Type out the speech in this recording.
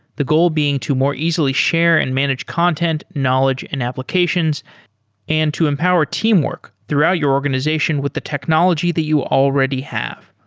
the goal being to more easily share and manage content, knowledge and applications and to empower teamwork throughout your organization with the technology that you already have.